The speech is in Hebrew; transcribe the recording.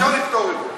אפשר לפתור את זה.